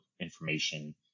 information